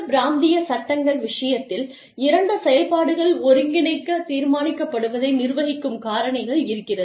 கூடுதல் பிராந்திய சட்டங்கள் விஷயத்தில் இரண்டு செயல்பாடுகள் ஒருங்கிணைக்கத் தீர்மானிக்கப்படுவதை நிர்வகிக்கும் காரணிகள் இருக்கிறது